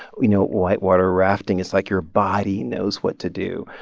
you know, whitewater rafting, it's like your body knows what to do.